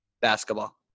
basketball